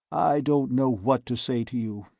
i don't know what to say to you.